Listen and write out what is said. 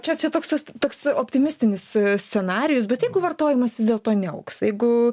čia čia toks tas toks optimistinis scenarijus bet jeigu vartojimas vis dėlto neaugs jeigu